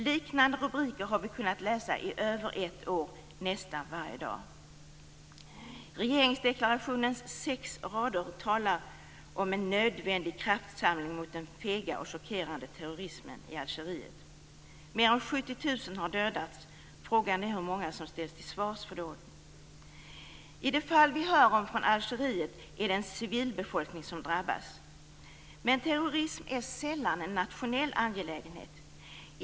Liknande rubriker har vi kunnat läsa nästan varje dag i över ett år. Regeringsdeklarationens sex rader talar om en nödvändig kraftsamling mot den fega och chockerande terrorismen i Algeriet. Mer än 70 000 har dödats. Frågan är hur många som ställs till svars för dåden. De fall vi hör talas om i Algeriet gäller civilbefolkningen. Men terrorism är sällan en nationell angelägenhet.